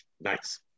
Nice